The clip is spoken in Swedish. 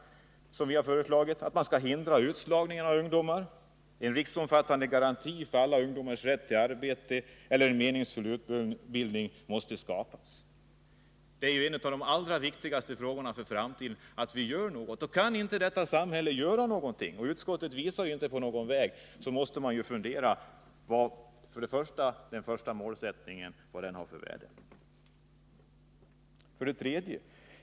Vi måste hindra utslagning av dem. En riksomfattande garanti för alla ungdomars rätt till arbete eller meningsfull utbildning måste skapas. Till det allra viktigaste för framtiden hör att vi gör något i detta avseende. Kan samhället inte göra något — utskottet anvisar inte någon väg — måste man fundera över vad den första målsättningen har för värde. 3.